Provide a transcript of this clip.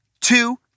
two